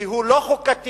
כי הוא לא חוקתי,